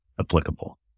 applicable